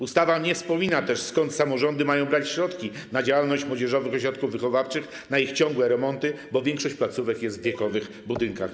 Ustawa nie wspomina też, skąd samorządy mają brać środki na działalność młodzieżowych ośrodków wychowawczych, na ich ciągłe remonty, bo większość placówek jest w wiekowych budynkach.